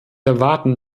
erwarten